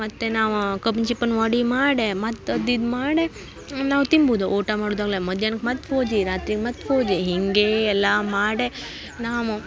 ಮತ್ತು ನಾವು ಕಬ್ಬಿನ ಚಿಪ್ಪನ ವಡೆ ಮಾಡಿ ಮತ್ತು ಅದು ಇದು ಮಾಡಿ ನಾವು ತಿಂಬುದು ಊಟ ಮಾಡುದಾಗ್ಲಿ ಮಧ್ಯಾಹ್ನಕ್ಕೆ ಮತ್ತು ಪೂಜೆ ರಾತ್ರಿಗೆ ಮತ್ತೆ ಪೂಜೆ ಹೀಗೆ ಎಲ್ಲ ಮಾಡಿ ನಾವು